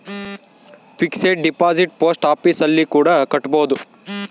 fixed deposit post office ಅಲ್ಲಿ ಕೂಡ ಕಟ್ಬೋದು